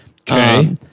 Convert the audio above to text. Okay